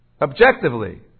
objectively